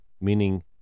meaning